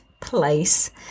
place